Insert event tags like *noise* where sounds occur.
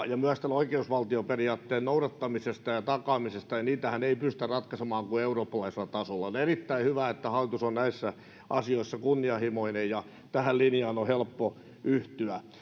*unintelligible* ja myös oikeusvaltioperiaatteen noudattamista ja ja takaamista ei pystytä ratkaisemaan kuin eurooppalaisella tasolla on on erittäin hyvä että hallitus on näissä asioissa kunnianhimoinen ja tähän linjaan on helppo yhtyä